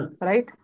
Right